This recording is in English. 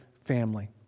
family